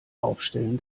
aufstellen